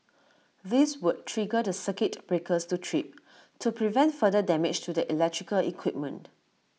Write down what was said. this would trigger the circuit breakers to trip to prevent further damage to the electrical equipment